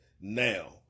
now